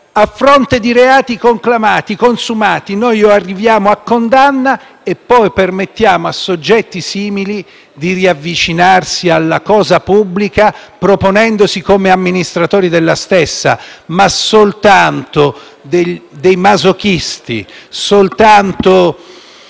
a fronte di reati conclamati e consumati si arrivi a condanna e, poi, si permetti a soggetti simili di riavvicinarsi alla cosa pubblica, proponendosi come amministratori della stessa. Soltanto dei masochisti, soltanto